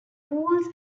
pools